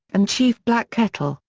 and chief black kettle,